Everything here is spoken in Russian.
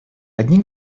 одни